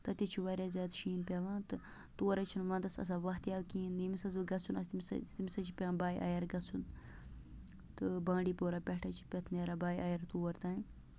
تَتہِ حظ چھُ واریاہ زیادٕ شیٖن پٮ۪وان تہٕ تور حظ چھِنہٕ وَنٛدَس آسان وَتھ یَل کِہیٖنۍ ییٚمِس حظ بہٕ گژھُن آس تٔمِس حظ تٔمِس حظ چھِ پٮ۪وان باے ایَر گژھُن تہٕ بانٛڈی پورہ پٮ۪ٹھ حظ چھِ پتہٕ نیران باے ایر تور تانۍ